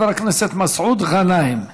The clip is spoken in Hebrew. חבר הכנסת מסעוד גנאים.